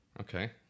Okay